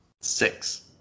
Six